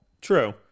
True